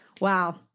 Wow